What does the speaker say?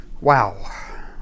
wow